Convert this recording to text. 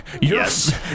Yes